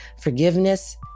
forgiveness